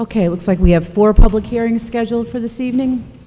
ok looks like we have four public hearings scheduled for this evening